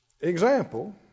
example